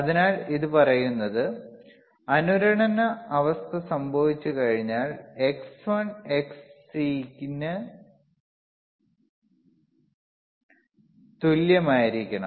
അതിനാൽ അത് പറയുന്നത് അനുരണന അവസ്ഥ സംഭവിച്ചുകഴിഞ്ഞാൽ Xl Xc ന് തുല്യമായിരിക്കും